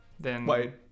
Wait